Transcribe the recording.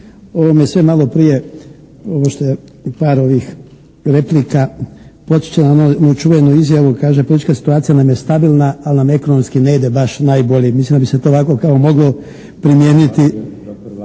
Ovo me sve malo prije, ovo što je, par ovih replika podsjeća na onu čuvenu izjavu, kaže "Politička situacija nam je stabilna ali nam ekonomski ne ide baš najbolje." i mislim da bi se to ovako kao moglo primijeniti.